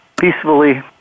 peacefully